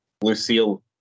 Lucille